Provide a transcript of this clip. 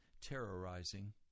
terrorizing